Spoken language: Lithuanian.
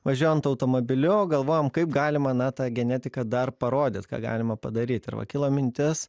važiuojant automobiliu galvojom kaip galima na tą genetiką dar parodyt ką galima padaryt ir va kilo mintis